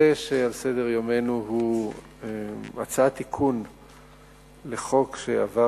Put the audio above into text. הנושא שעל סדר-יומנו הוא הצעת תיקון לחוק שעבר